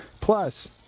Plus